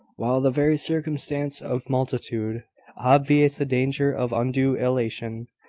while the very circumstance of multitude obviates the danger of undue elation.